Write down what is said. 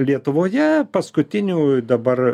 lietuvoje paskutinių dabar